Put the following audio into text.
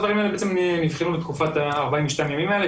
כל הדברים האלה נבחנו בתקופת ה-42 ימים האלה,